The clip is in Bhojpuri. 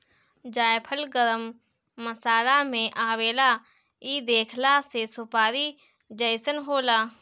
जायफल गरम मसाला में आवेला इ देखला में सुपारी जइसन होला